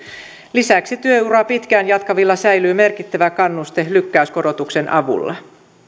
lisäksi työuraa pitkään jatkavilla säilyy merkittävä kannuste lykkäyskorotuksen avulla